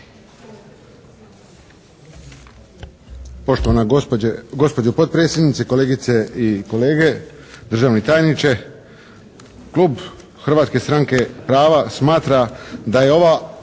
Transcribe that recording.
Poštovana gospođo potpredsjednice, kolegice i kolege, državni tajniče. Klub Hrvatske stranke prava smatra da je